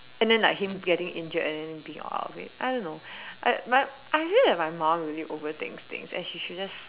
and then like him getting injured and then being all out of it I don't know I but I feel that my mom really overthinks things and she should just